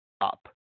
up